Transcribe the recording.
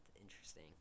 Interesting